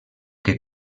que